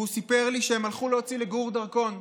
והוא סיפר לי שהם הלכו להוציא לגור דרכון,